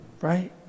Right